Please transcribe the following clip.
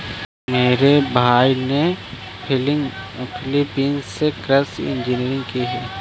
मेरे भाई ने फिलीपींस से कृषि इंजीनियरिंग की है